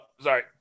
Sorry